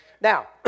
Now